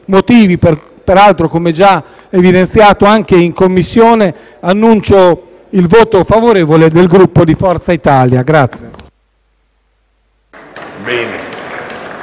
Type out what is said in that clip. Per questi motivi, come già evidenziato anche in Commissione, annuncio il voto favorevole del Gruppo Forza Italia.